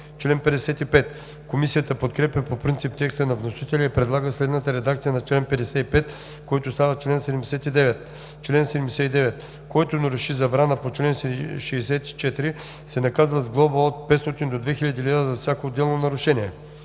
нарушение“. Комисията подкрепя по принцип текста на вносителя и предлага следната редакция на чл. 55, който става чл. 79: „Чл. 79. Който наруши забрана по чл. 64, се наказва с глоба от 500 лв. до 2000 лв. за всяко отделно нарушение“.